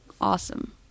awesome